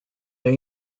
are